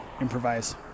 improvise